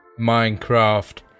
Minecraft